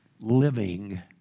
living